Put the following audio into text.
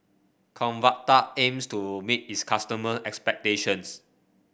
Convatec aims to meet its customer expectations